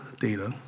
data